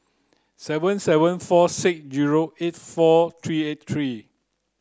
seven seven four six zero eight four three eight three